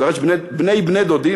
כבר יש בני בני-דודים,